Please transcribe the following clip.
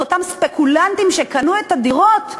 אותם ספקולנטים שקנו את הדירות מהמדינה,